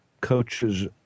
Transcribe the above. coaches